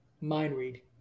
Mind-read